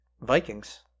Vikings